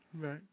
right